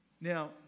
Now